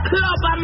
Club